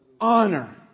Honor